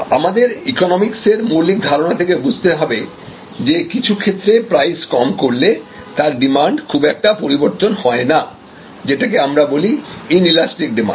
আমাদের ইকোনমিক্সের মৌলিক ধারণা থেকে বুঝতে হবে যে কিছু ক্ষেত্রে প্রাইস কম করলে তার ডিমান্ড খুব একটা পরিবর্তন হয়না যেটাকে আমরা বলি ইন ইলাস্টিক ডিমান্ড